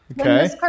okay